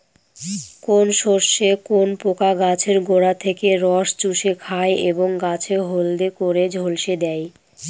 কোন শস্যে কোন পোকা গাছের গোড়া থেকে রস চুষে খায় এবং গাছ হলদে করে ঝলসে দেয়?